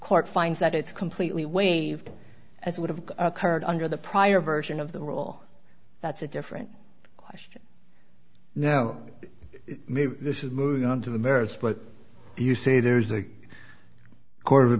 court finds that it's completely waived as would have occurred under the prior version of the role that's a different question now maybe this is moving on to the merits but you say there is a court of a